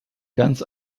ganz